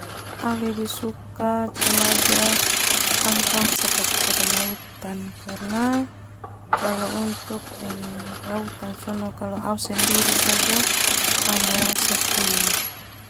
Au lebih suka jelajah angkasa daripada lautan karna untuk lautan au sendiri bi.